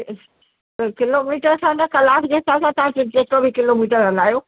kilometre सां न कलाक जे हिसाब सां तव्हां जेतिरो बि किलोमीटर हलायो